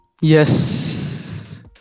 yes